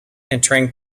entering